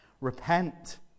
repent